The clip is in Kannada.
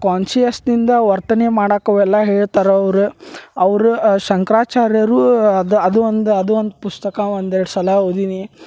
ಕ್ವಾನ್ಷಿಯಸ್ದಿಂದ ವರ್ತನೆ ಮಾಡಕ್ಕೆ ಅವೆಲ್ಲ ಹೇಳ್ತಾರೆ ಅವ್ರು ಅವ್ರು ಶಂಕರಾಚಾರ್ಯರು ಅದ ಅದು ಒಂದು ಅದು ಒಂದು ಪುಸ್ತಕ ಒಂದು ಎರಡು ಸಲ ಓದಿದ್ದೀನಿ